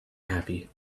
happy